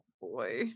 boy